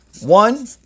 one